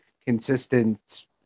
consistent